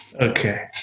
Okay